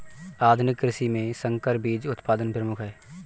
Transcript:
आधुनिक कृषि में संकर बीज उत्पादन प्रमुख है